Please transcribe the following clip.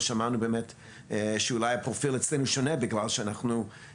שמענו שאולי הפרופיל אצלנו שונה בגלל שבחורף